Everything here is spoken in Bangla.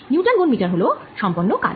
নিউটন গুন মিটার হল সম্পন্ন কাজ